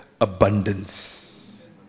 abundance